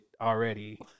already